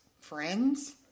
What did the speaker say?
friends